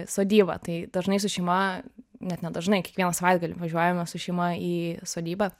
sodybą tai dažnai su šeima net ne dažnai kiekvieną savaitgalį važiuojame su šeima į sodybą